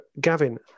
Gavin